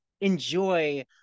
enjoy